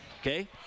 Okay